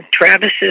Travis's